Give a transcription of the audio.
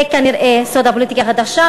זה כנראה סוד הפוליטיקה החדשה.